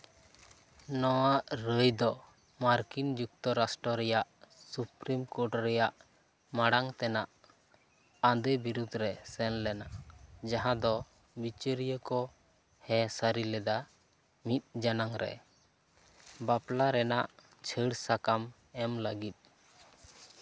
ᱱᱚᱣᱟ ᱨᱟᱭ ᱫᱚ ᱢᱟᱨᱠᱤᱱ ᱡᱩᱠᱛᱚ ᱨᱟᱥᱴᱨᱚ ᱨᱮᱭᱟᱜ ᱥᱩᱯᱨᱤᱢ ᱠᱳᱨᱴ ᱨᱮᱭᱟᱜ ᱢᱟᱬᱟᱝ ᱛᱮᱱᱟᱜ ᱟᱸᱫᱮ ᱵᱤᱨᱩᱫᱽᱨᱮ ᱥᱮᱱ ᱞᱮᱱᱟ ᱡᱟᱦᱟᱸ ᱫᱚ ᱵᱤᱪᱟᱹᱨᱤᱭᱟᱹ ᱠᱚ ᱦᱮᱸ ᱥᱟᱹᱨᱤ ᱞᱮᱫᱟ ᱢᱤᱫ ᱡᱟᱱᱟᱝ ᱨᱮ ᱵᱟᱯᱞᱟ ᱨᱮᱭᱟᱜ ᱪᱷᱟᱹᱲ ᱥᱟᱠᱟᱢ ᱮᱢ ᱞᱟᱹᱜᱤᱫ